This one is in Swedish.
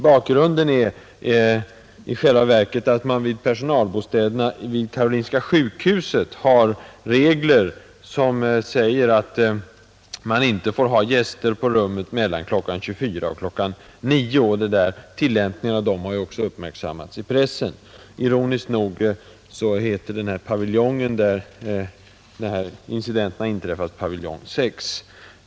Bakgrunden till frågan är i själva verket att .det beträffande personalbostäderna vid Karolinska sjukhuset finns regler som säger att det inte får förekomma gäster på rummen mellan kl. 24.00 och kl. 9.00. Tillämpningen av dessa regler har ju också uppmärksammats i pressen. Ironiskt nog heter den paviljong, där incidenterna i fråga inträffat, Paviljong 6.